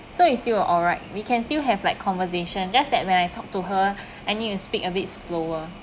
so it still alright we can still have like conversation just that when I talk to her I need to speak a bit slower